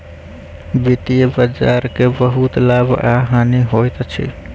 वित्तीय बजार के बहुत लाभ आ हानि होइत अछि